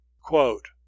Quote